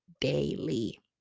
daily